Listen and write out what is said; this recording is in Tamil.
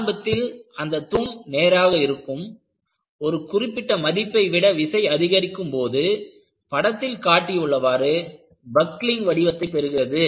ஆரம்பத்தில் அந்த தூண் நேராக இருக்கும் ஒரு குறிப்பிட்ட மதிப்பை விட விசை அதிகரிக்கும்போது படத்தில் காட்டியுள்ளவாறு பக்லிங் வடிவத்தை பெறுகிறது